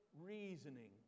reasoning